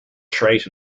trade